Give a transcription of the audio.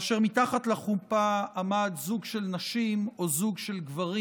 כאשר מתחת לחופה עמד זוג של נשים או זוג של גברים.